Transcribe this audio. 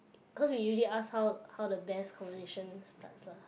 cause we usually ask how how the best conversations starts lah